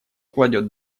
кладет